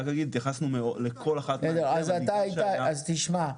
אז תשמע,